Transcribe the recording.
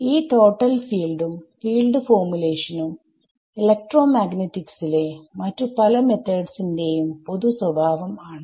ഈ ടോട്ടൽ ഫീൽഡുംസ്കാറ്റെർഡ് ഫീൽഡ് ഫോർമുലേഷനും എലെക്ട്രോമാഗ്നെറ്റിക്സിലെ മറ്റു പല മെത്തേഡ്സ് ന്റെയും പൊതുസ്വഭാവം ആണ്